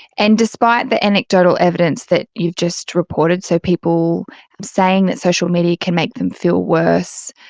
and despite the anecdotal evidence that you've just reported, so people saying that social media can make them feel worse,